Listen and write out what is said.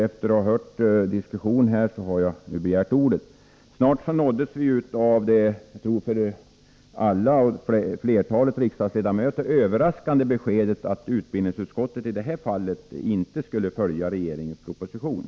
Efter att ha hört diskussionen här har jag begärt ordet. Snart nåddes vi av Åtgärder för elever det för flertalet av riksdagens ledamöter överraskande beskedet att med handikapp i utbildningsutskottet i det här fallet inte skulle följa regeringens proposition.